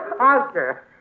Oscar